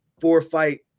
four-fight